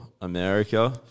America